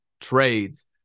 trades